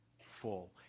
full